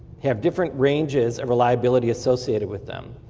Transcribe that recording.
have different ranges of reliability associated with them.